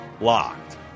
Locked